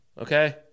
okay